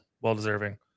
well-deserving